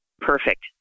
perfect